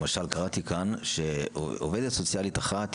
למשל קראתי כאן שעובדת סוציאלית אחת,